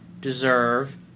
deserve